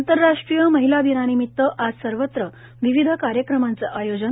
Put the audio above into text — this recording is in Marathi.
आंतरराष्ट्रीय महिला दिनानिमित्त आज सर्वत्र विविध कार्यक्रमाचं आयोजन